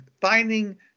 finding